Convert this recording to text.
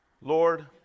Lord